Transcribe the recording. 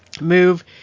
move